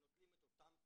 הם נוטלים את אותן תרופות,